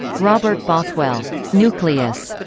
robert bothwell, nucleus.